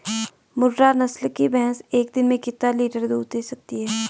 मुर्रा नस्ल की भैंस एक दिन में कितना लीटर दूध दें सकती है?